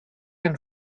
and